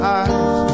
eyes